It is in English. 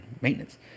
Maintenance